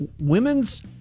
women's